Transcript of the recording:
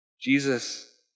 Jesus